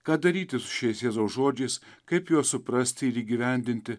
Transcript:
ką daryti su šiais jėzaus žodžiais kaip juos suprasti ir įgyvendinti